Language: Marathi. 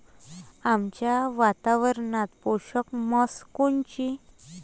आमच्या वातावरनात पोषक म्हस कोनची?